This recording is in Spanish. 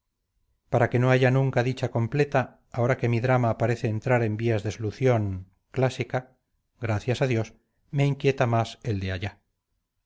para que no haya nunca dicha completa ahora que mi drama parece entrar en vías de solución clásica gracias a dios me inquieta más el de allá